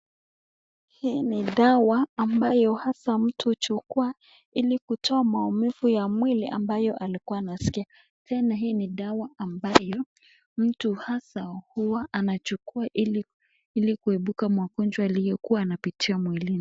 Hii ni dawa ambayo hasa mtu uchukua hili kutoa maumivu ya mwili ambayo alikuwa anasikia. Tena hii ni dawa ambayo mtu hasa huwa anachukua hili kuhepuka magonjwa ambayo hupitia mwilini.